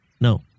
No